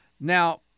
Now